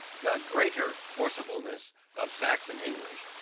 the greater forcibleness of saxon english,